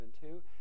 two